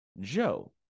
Joe